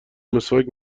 مسواک